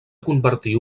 convertir